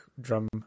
drum